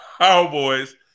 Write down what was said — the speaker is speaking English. Cowboys